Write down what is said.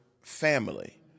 family